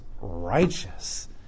righteous